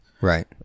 Right